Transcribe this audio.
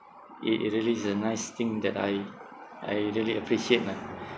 it it really is a nice thing that I I really appreciate lah